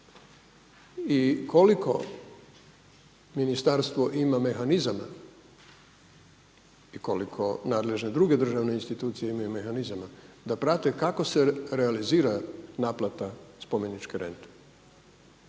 I koliko ministarstvo ima mehanizama i koliko nadležne druge državne institucije imaju mehanizama da prave kako se realizira naplata spomeničke rente.